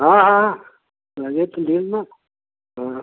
हाँ हाँ लगे तो देब ना हाँ